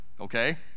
okay